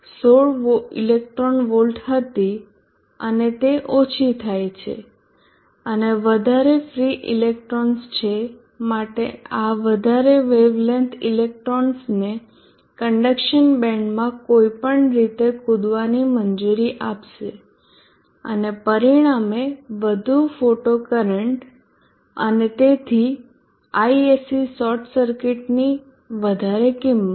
16 electron volt હતી અને તે ઓછી થાય છે અને વધારે ફ્રી ઇલેક્ટ્રોન્સ છે માટે આ વધારે વેવલેન્થ ઇલેક્ટ્રોન્સને કન્ડકશન બેન્ડમાં કોઈપણ રીતે કૂદવાની મંજૂરી આપશે અને પરિણામે વધુ ફોટો કરંટ અને તેથી Isc શોર્ટ સર્કિટની વધારે કિંમત